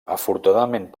afortunadament